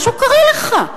משהו קרה לך.